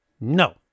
No